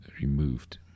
removed